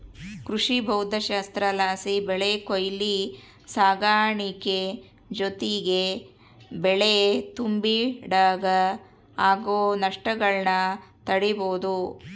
ಕೃಷಿಭೌದ್ದಶಾಸ್ತ್ರಲಾಸಿ ಬೆಳೆ ಕೊಯ್ಲು ಸಾಗಾಣಿಕೆ ಜೊತಿಗೆ ಬೆಳೆ ತುಂಬಿಡಾಗ ಆಗೋ ನಷ್ಟಗುಳ್ನ ತಡೀಬೋದು